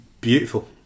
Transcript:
Beautiful